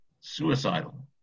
suicidal